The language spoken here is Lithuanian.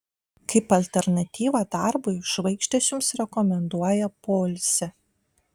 kaip alternatyvą darbui žvaigždės jums rekomenduoja poilsį